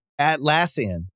Atlassian